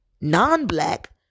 non-black